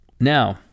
Now